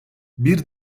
bir